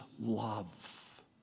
love